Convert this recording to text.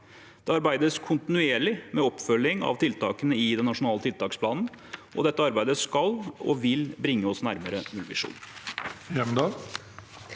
Det arbeides kontinuerlig med oppfølging av tiltakene i den nasjonale tiltaksplanen, og dette arbeidet skal og vil bringe oss nærmere nullvisjonen.